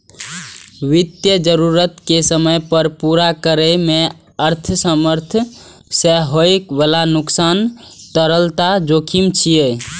वित्तीय जरूरत कें समय पर पूरा करै मे असमर्थता सं होइ बला नुकसान तरलता जोखिम छियै